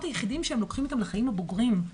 היחידים שהם לוקחים איתם לחיים הבוגרים,